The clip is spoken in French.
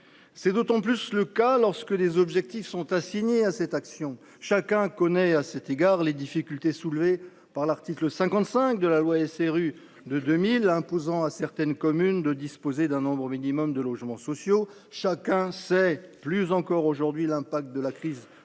C’est d’autant plus le cas lorsque des objectifs sont assignés à leur action. Chacun connaît à cet égard les difficultés soulevées par l’article 55 de la loi SRU de 2000, imposant à certaines communes de disposer d’un nombre minimum de logements sociaux. Chacun connaît aussi l’impact de la crise du